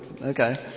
okay